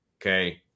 Okay